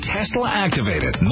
Tesla-activated